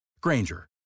Granger